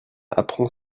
apprend